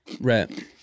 Right